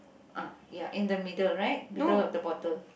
ah ya in the middle right middle of the bottle